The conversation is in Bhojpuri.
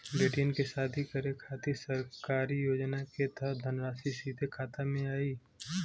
बेटियन के शादी करे के खातिर सरकारी योजना के तहत धनराशि सीधे खाता मे आई?